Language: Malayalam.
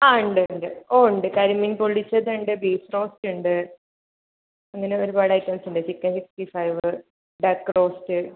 ആ ഉണ്ട് ഉണ്ട് ഓ ഉണ്ട് കരിമീൻ പൊള്ളിച്ചതുണ്ട് ബീഫ് റോസ്റ്റ് ഉണ്ട് അങ്ങനെ ഒരുപാട് ഐറ്റംസ് ഉണ്ട് chicken sixty five duck roast